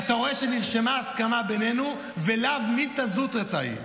-- שנרשמה הסכמה בינינו, ולאו מילתא זוטרתא היא.